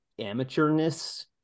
amateurness